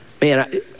Man